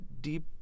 deep